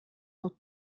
sur